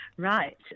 Right